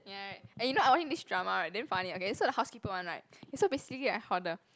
ya and you know I watching this drama right damn funny okay so the housekeeper one right so basically right like how the